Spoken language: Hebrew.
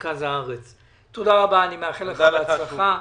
מאחל לך הצלחה.